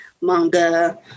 manga